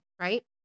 right